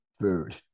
food